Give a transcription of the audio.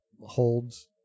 holds